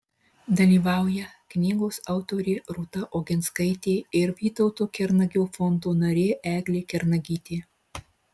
dalyvauja knygos autorė rūta oginskaitė ir vytauto kernagio fondo narė eglė kernagytė